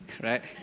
right